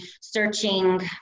searching